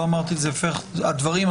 לא אמרתי את זה בפתח הדברים,